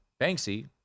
Banksy